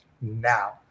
now